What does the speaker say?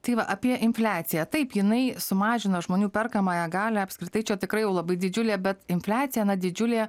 tai va apie infliaciją taip jinai sumažino žmonių perkamąją galią apskritai čia tikrai jau labai didžiulė bet infliacija didžiulė